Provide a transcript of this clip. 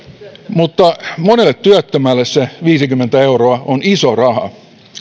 mutta monelle työttömälle se viisikymmentä euroa on iso raha